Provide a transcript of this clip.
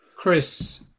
Chris